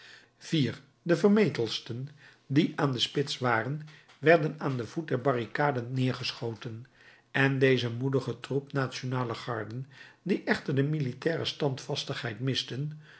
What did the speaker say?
vier de vermetelsten die aan de spits waren werden aan den voet der barricade neergeschoten en deze moedige troep nationale garden die echter de militaire standvastigheid misten